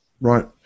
Right